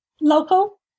local